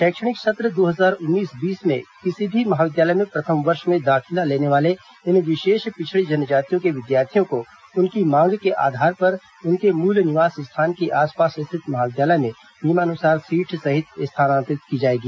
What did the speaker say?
शैक्षणिक सत्र दो हजार उन्नीस बीस में किसी भी महाविद्यालय में प्रथम वर्ष में दाखिला लेने वाले इन विशेष पिछड़ी जनजातियों के विद्यार्थियों को उनकी मांग के आधार पर उनके मूल निवास स्थान के आसपास स्थित महाविद्यालय में नियमानुसार सीट सहित स्थानांतरित की जाएगी